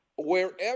Wherever